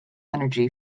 energy